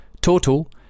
Total